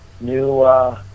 New